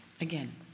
again